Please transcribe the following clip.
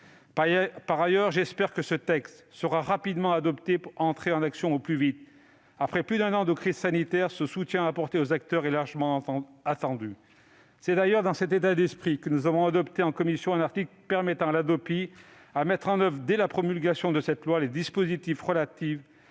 Par ailleurs, je souhaite que ce texte soit rapidement adopté pour entrer en action au plus vite. Après plus d'un an de crise sanitaire, ce soutien apporté aux acteurs est largement attendu. C'est d'ailleurs dans cet état d'esprit que nous avons adopté en commission un article permettant à la Hadopi de mettre en oeuvre dès la promulgation de cette loi les dispositifs relatifs